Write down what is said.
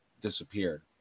disappeared